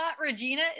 Regina